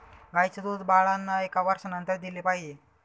गाईचं दूध बाळांना एका वर्षानंतर दिले पाहिजे